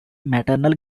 maternal